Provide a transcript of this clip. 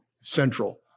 central